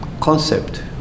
concept